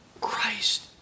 Christ